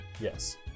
Yes